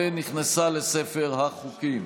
ונכנסה לספר החוקים.